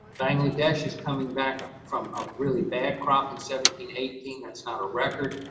bangladesh is coming back from a really bad crop in seventeen eighteen, that's not a record,